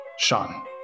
Sean